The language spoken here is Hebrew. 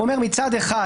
אומר מצד אחד,